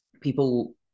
people